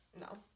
no